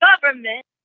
government